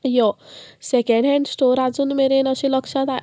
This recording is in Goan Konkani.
यो सेकेंड हँड स्टोर आजून मेरेन अशें लक्षांत